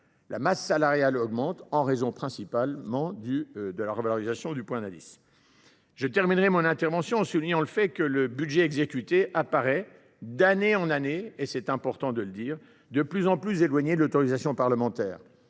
la masse salariale augmente en raison principalement de la hausse du point d’indice. Je terminerai mon intervention en soulignant que le budget exécuté apparaît d’année en année de plus en plus éloigné de l’autorisation parlementaire.